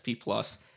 plus